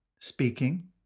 speaking